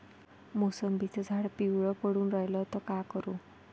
मोसंबीचं झाड पिवळं पडून रायलं त का करू?